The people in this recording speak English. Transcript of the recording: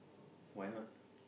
why not